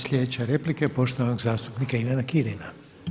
Sljedeća replika je poštovanog zastupnika Ivina Kirina.